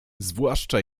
zwłaszcza